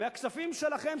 מהכספים שלכם,